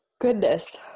goodness